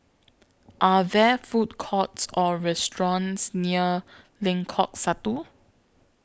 Are There Food Courts Or restaurants near Lengkok Satu